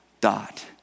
dot